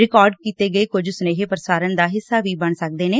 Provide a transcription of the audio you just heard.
record ਕੀਤੇ ਗਏ ਕੁਝ ਸੁਨੇਹੇ ਪ੍ਸਾਰਣ ਦਾ ਹਿੱਸਾ ਵੀ ਬਣ ਸਕਦੇ ਨੇ